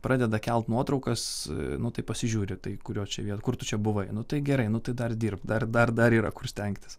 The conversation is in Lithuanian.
pradeda kelt nuotraukas nu tai pasižiūri tai kurio čia vien kur tu čia buvai nu tai gerai nu tai dar dirbk dar dar yra kur stengtis